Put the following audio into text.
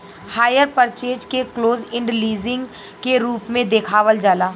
hire purchase के close end leasing के रूप में देखावल जाला